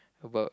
about